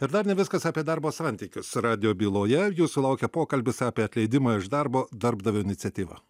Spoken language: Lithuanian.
ir dar ne viskas apie darbo santykius radijo byloje jūsų laukia pokalbis apie atleidimą iš darbo darbdavio iniciatyva